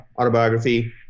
autobiography